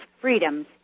freedoms